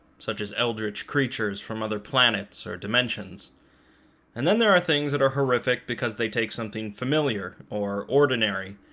such as eldritch creatures from other planets or dimensions and then there are things that are horrific because they take something familiar or ordinary,